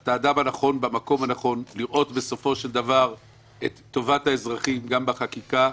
אתה האדם הנכון במקום הנכון כדי לראות את טובת האזרחים בחקיקה,